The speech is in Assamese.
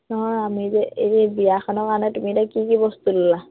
নহয় আমি যে এই বিয়াখনৰ কাৰণে তুমি এতিয়া কি কি বস্তু ল'লা